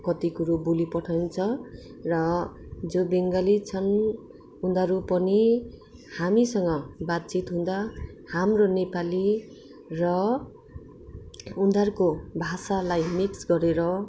कति कुरो बोलि पठाउँछ र जो बङ्गाली छन् उनीहरू पनि हामीसँग बातचित हुँदा हाम्रो नेपाली र उनीहरूको भाषालाई मिक्स गरेर